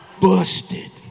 busted